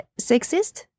sexist